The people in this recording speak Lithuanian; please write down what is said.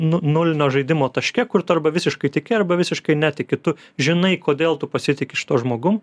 nu nulinio žaidimo taške kur tu arba visiškai tiki arba visiškai netiki tu žinai kodėl tu pasitiki šituo žmogum